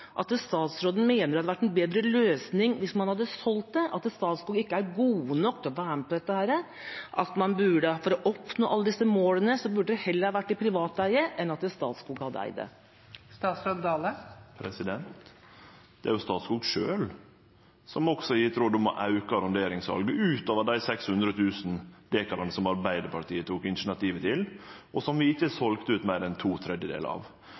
at statsråden mener det hadde vært en bedre løsning å selge det, at Statskog ikke er gode nok til å ta hånd om dette, at skal en nå alle disse målene, burde det vært i privat eie heller enn at Statskog hadde eid det? Det er jo Statskog sjølv som har gjeve råd om å auke arronderingssalet utover dei 600 000 dekar som Arbeidarpartiet tok initiativ til, og som vi ikkje selde ut meir enn to tredjedelar av.